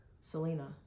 Selena